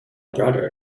brother